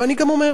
ואני גם אומר,